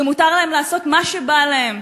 ומותר להם לעשות מה שבא להם,